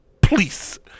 Please